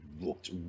looked